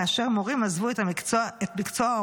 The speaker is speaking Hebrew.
כאשר מורים עזבו את מקצוע ההוראה,